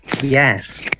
Yes